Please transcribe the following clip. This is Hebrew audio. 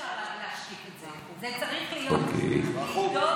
אי-אפשר להשתיק את זה, זה צריך להיות נדון, בחו"ב.